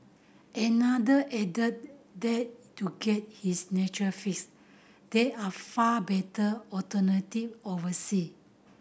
another added that to get his nature fix there are far better alternative oversea